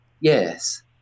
Yes